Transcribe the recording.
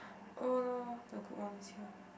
oh no the good one is here